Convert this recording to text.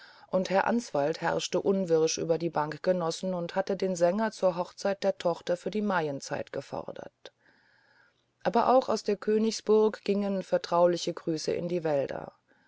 und herr answald herrschte unwirsch über die bankgenossen und hatte den sänger zur hochzeit der tochter für die maienzeit gefordert aber auch aus der königsburg gingen vertrauliche grüße in die wälder